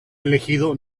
elegido